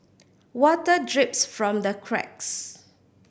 water drips from the cracks